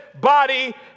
body